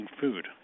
food